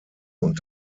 und